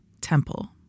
temple